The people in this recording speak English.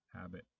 habit